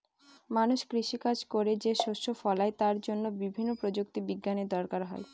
মানুষ কৃষি কাজ করে যে শস্য ফলায় তার জন্য বিভিন্ন প্রযুক্তি বিজ্ঞানের দরকার হয়